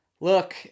Look